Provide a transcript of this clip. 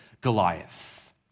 Goliath